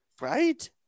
right